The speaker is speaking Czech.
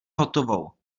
hotovou